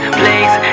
please